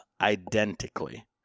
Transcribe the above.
identically